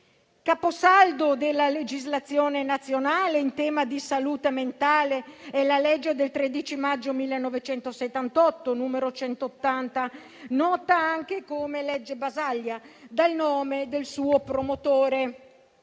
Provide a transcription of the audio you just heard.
caposaldo della legislazione nazionale in tema di salute mentale è la legge 13 maggio 1978, n. 180, nota anche come "legge Basaglia", dal nome del suo promotore,